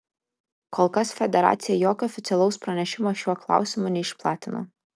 kol kas federacija jokio oficialaus pranešimo šiuo klausimu neišplatino